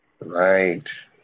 right